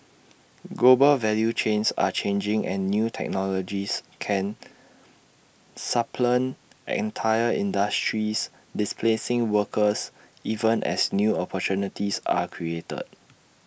global value chains are changing and new technologies can supplant entire industries displacing workers even as new opportunities are created